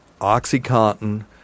OxyContin